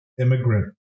immigrant